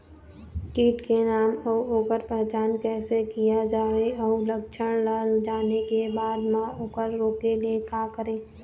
कीट के नाम अउ ओकर पहचान कैसे किया जावे अउ लक्षण ला जाने के बाद मा ओकर रोके ले का करें?